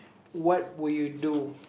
what would you do